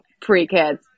pre-kids